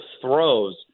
throws